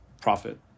profit